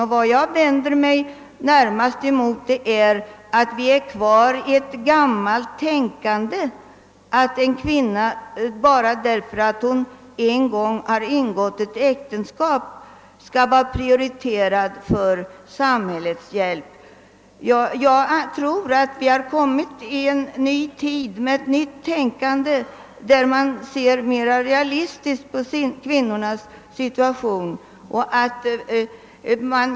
Vad jag närmast vänder mig emot är att vi är kvar i ett gammalt tänkande som innebär att en kvinna bara därför att hon en gång har ingått äktenskap skall vara prioriterad för samhällets hjälp. Jag tror att vi har kommit in i en ny tid med ett nytt tänkande, där man ser mera realistiskt på kvinnornas situation.